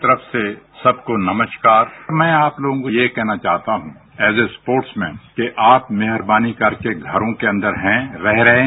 bite मैं आप लोगों को ये कहना चाहता हूं एज ए स्पोर्ट्समैन कि आप मेहबानी करके घरों के अंदर हैं रह रहें है